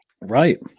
Right